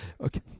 Okay